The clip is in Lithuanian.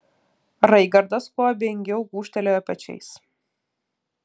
raigardas kuo abejingiau gūžtelėjo pečiais